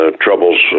troubles